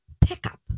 pickup